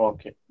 Okay